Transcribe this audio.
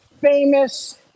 famous